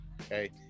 Okay